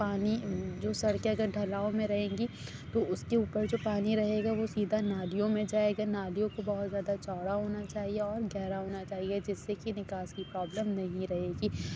پانی جو سڑکیں اگر ڈھلاؤ میں رہیں گی تو اُس کے اوپر جو پانی رہے گا وہ سیدھا نالیوں میں جائے گا نالیوں کو بہت زیادہ چوڑا ہونا چاہیے اور گہرا ہونا چاہیے جس سے کہ نکاسی پرابلم نہیں رہے گی